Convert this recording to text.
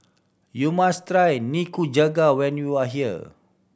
you must try Nikujaga when you are here